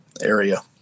area